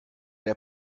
der